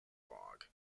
log